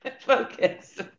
Focus